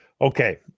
Okay